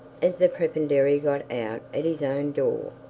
as the prebendary got out at his own door,